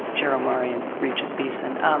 ah chair omari and regent beeson.